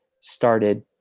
started